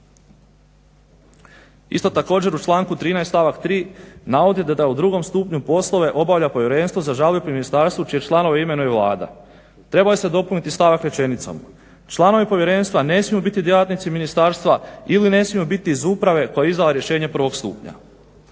Isto također u članku 13. stavak 3. navodite da u drugom stupnju poslove obavlja povjerenstvo za žalbu pri ministarstvu čije članove imenuje Vlada. Trebali ste dopuniti stavak rečenicom: "Članovi povjerenstva ne smiju biti djelatnici ministarstva ili ne smiju biti iz uprave koja je izdala rješenje prvog stupnja.".